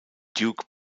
duke